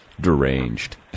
deranged